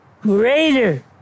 greater